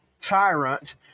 tyrant